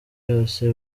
yose